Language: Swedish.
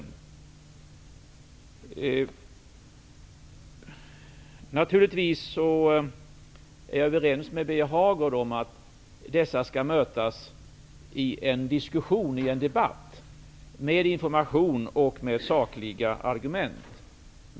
Jag är naturligtvis överens med Birger Hagård om att dessa skall mötas i en debatt med information och sakliga argument.